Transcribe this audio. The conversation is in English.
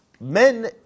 men